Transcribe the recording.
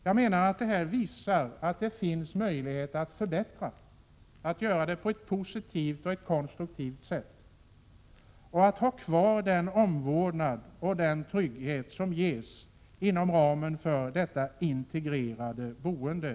Jag menar att detta visar att det finns möjligheter att förbättra på ett positivt och konstruktivt sätt och ha kvar den omvårdnad och trygghet som ges inom ramen för detta integrerade boende.